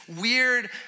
weird